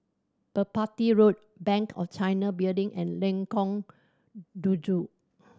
Merpati Road Bank of China Building and Lengkong Tujuh